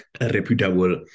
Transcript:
reputable